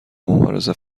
مبارزه